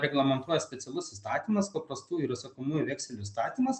reglamentuoja specialus įstatymas paprastųjų ir įsakomųjų vekselių įstatymas